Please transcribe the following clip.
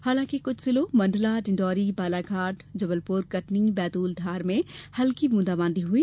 हालांकि कुछ जिलों मंडला डिडौरी बालाघाट जबलपुर कटनी बैतूल धार में हल्की ब्रंदाबादी हुई